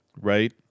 right